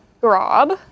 Grab